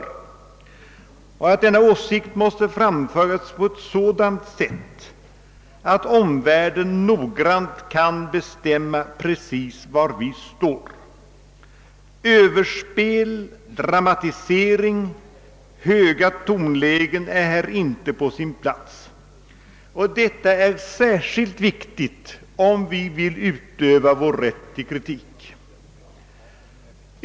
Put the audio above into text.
Vi anser att denna åsikt måste framföras på ett sådant sätt att omvärlden noggrant kan bestämma precis var vi står. Överspel, dramatisering och höga tonlägen är här inte på sin plats. Detta är särskilt viktigt om vi vill utöva vår rätt till kritik.